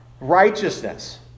Righteousness